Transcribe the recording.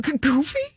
Goofy